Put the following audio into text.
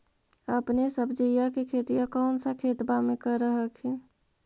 अपने सब्जिया के खेतिया कौन सा खेतबा मे कर हखिन?